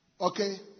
Okay